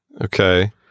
Okay